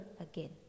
again